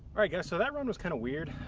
alright guys, so that one was kinda weird.